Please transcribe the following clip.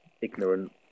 ignorant